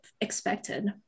expected